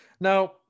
Now